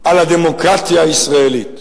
על הדמוקרטיה הישראלית.